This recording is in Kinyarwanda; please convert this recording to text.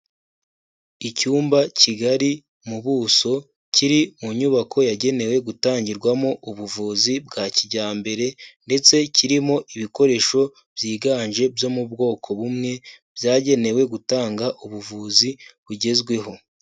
Icyumba kigari mu buso kiri mu nyubako yagenewe gutangirwamo ubuvuzi bwa kijyambere ndetse kirimo ibikoresho byiganje byo mu bwoko bumwe, byagenewe gutanga ubuvuzi bugezweho.